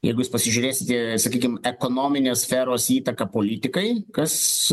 jeigu jūs pasižiūrėsite sakykim ekonominės sferos įtaką politikai kas